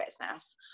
business